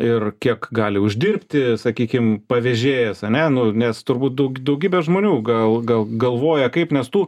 ir kiek gali uždirbti sakykim pavežėjęs ane nu nes turbūt daug daugybę žmonių gal gal galvoja kaip nes tų